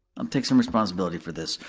um take some responsibility for this.